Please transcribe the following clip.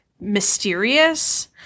mysterious